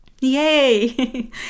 Yay